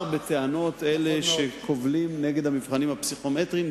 בטענות אלה שקובלים נגד המבחנים הפסיכומטריים,